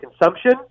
consumption